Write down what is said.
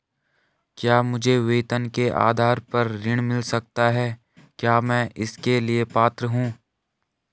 क्या मुझे वेतन के आधार पर ऋण मिल सकता है क्या मैं इसके लिए पात्र हूँ?